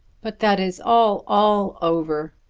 but that is all, all over.